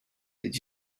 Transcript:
did